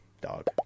dog